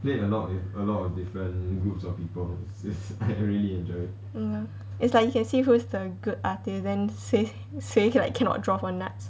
ya it's like you can see who is the good artist then 谁谁 like cannot draw for nuts